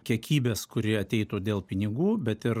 kiekybės kuri ateitų dėl pinigų bet ir